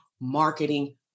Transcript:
marketing